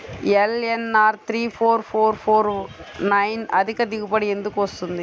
LNR three four four four nine అధిక దిగుబడి ఎందుకు వస్తుంది?